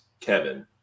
Kevin